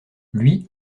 lui